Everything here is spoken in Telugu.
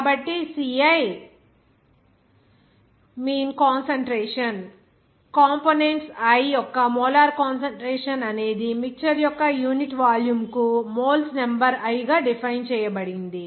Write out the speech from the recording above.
కాబట్టి ci mean concentration components i యొక్క మోలార్ కాన్సంట్రేషన్ అనేది మిక్చర్ యొక్క యూనిట్ వాల్యూమ్ కు మోల్స్ నెంబర్ i గా డిఫైన్ చేయబడింది